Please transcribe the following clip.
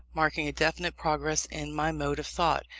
marking a definite progress in my mode of thought.